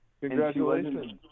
Congratulations